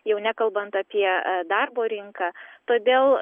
jau nekalbant apie darbo rinką todėl